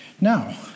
Now